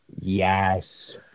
Yes